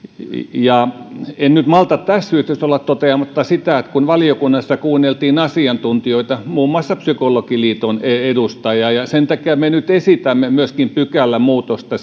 niin en nyt malta tässä yhteydessä olla toteamatta sitä että kun valiokunnassa kuunneltiin asiantuntijoita muun muassa psykologiliiton edustajaa niin sen takia me nyt esitämme myöskin pykälämuutosta